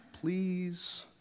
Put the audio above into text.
Please